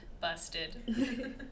busted